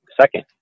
second